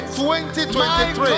2023